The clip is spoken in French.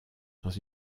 dans